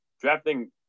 drafting